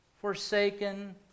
forsaken